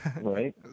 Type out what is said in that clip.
Right